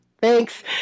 Thanks